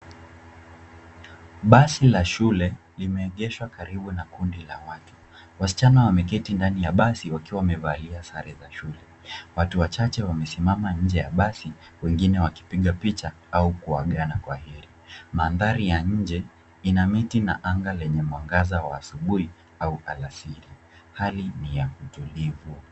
Basi la shule limeegeshwa karibu na kundi la watu. Wasichana wameketi ndani ya basi wakiwa wamevalia sare za shule. Watu wachache wamesimama nje ya basi wengine wakipiga picha au kuagana kwaheri. Mandhari ya nje ina miti na anga lenye mwangaza wa asubuhi au alasiri. Hali ni ya utulivu.